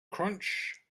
crunch